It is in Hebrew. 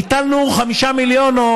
הטלנו 5 מיליון בקנסות,